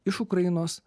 iš ukrainos